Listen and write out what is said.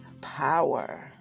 power